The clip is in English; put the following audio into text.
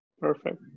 Perfect